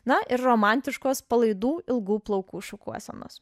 na ir romantiškos palaidų ilgų plaukų šukuosenos